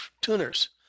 tuners